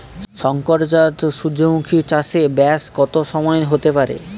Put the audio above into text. শংকর জাত সূর্যমুখী চাসে ব্যাস কত সময় হতে পারে?